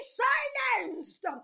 silenced